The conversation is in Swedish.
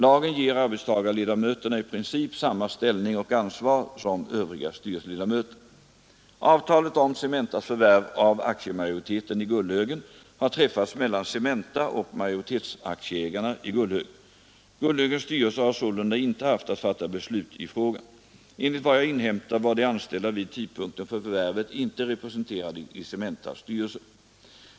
Lagen ger arbetstagareledamöterna i princip samma ställning och ansvar som övriga styrelseledamöter. Avtalet om Cementas förvärv av aktiemajoriteten i Gullhögen har träffats mellan Cementa och majoritetsaktieägarna i Gullhögen. Gullhögens styrelse har sålunda inte haft att fatta beslut i frågan. Enligt vad jag inhämtat var de anställda vid tidpunkten för förvärvet inte representerade i Cementas styrelse.